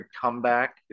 comeback